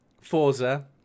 Forza